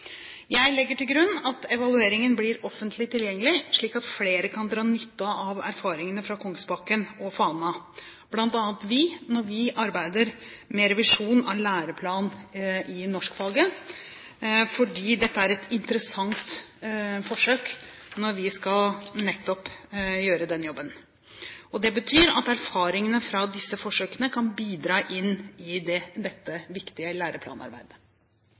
Jeg legger til grunn at evalueringen blir offentlig tilgjengelig, slik at flere kan dra nytte av erfaringene fra Kongsbakken og Fana, bl.a. vi når vi arbeider med revisjon av læreplan i norskfaget, fordi dette er et interessant forsøk når vi skal gjøre nettopp den jobben. Det betyr at erfaringene fra disse forsøkene kan bidra til dette viktige læreplanarbeidet.